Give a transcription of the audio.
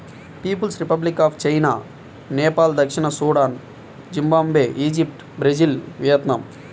peoples republic of China, Nepal దక్షిణ Sudan, Zimbabwe, Egypt, Brazil, Vietnam